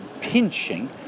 pinching